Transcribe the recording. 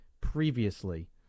previously